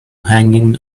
hanging